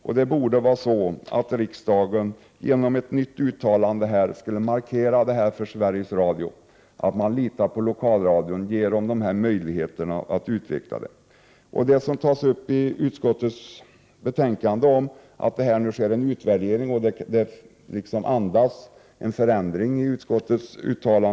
Radion borde genom ett nytt uttalande markera för Sveriges Radio att man litar på lokalradion och vill ge lokalradion dessa möjligheter att utvecklas. Det sägs i utskottets betänkande att det nu sker en utvärdering, och utskottets uttalande liksom andas en förändring.